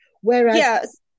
whereas